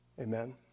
Amen